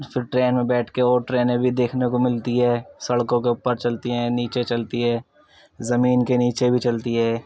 پھر ٹرین میں بیٹھ کے اور ٹرینیں بھی دیکھنے کو ملتی ہے سڑکوں کے اوپر چلتی ہیں نیچے چلتی ہے زمین کے نیچے بھی چلتی ہے